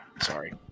Sorry